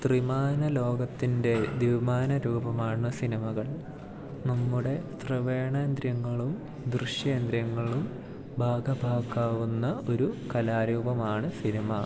ത്രിമാന ലോകത്തിൻ്റെ ദ്വിമാന രൂപമാണ് സിനിമകൾ നമ്മുടെ ശ്രവേണേന്ദ്രിയങ്ങളും ദൃശ്യേന്ദ്രിയങ്ങളും ഭാഗഭാക്കാവുന്ന ഒരു കലാരൂപമാണ് സിനിമ